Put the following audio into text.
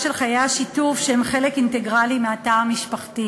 של חיי השיתוף שהם חלק אינטגרלי של התא המשפחתי.